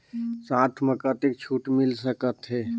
साथ म कतेक छूट मिल सकथे?